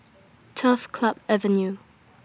Turf Club Avenue